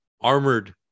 armored